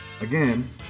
again